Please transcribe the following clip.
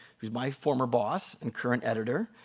he is my former boss and current editor,